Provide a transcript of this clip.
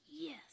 yes